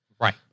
right